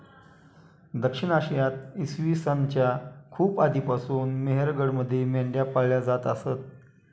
दक्षिण आशियात इसवी सन च्या खूप आधीपासून मेहरगडमध्ये मेंढ्या पाळल्या जात असत